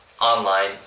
online